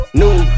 new